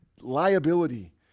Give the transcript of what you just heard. liability